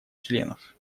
членов